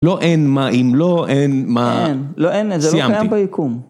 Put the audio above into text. לא אין מה אם, לא אין מה, סיימתי.